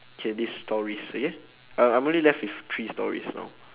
K this stories okay I'm I'm only left with three stories now